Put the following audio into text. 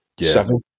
seven